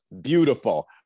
Beautiful